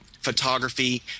photography